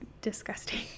disgusting